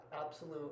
Absolute